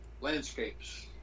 landscapes